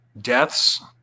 deaths